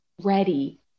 ready